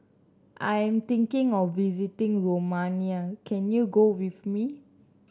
I am thinking of visiting Romania can you go with me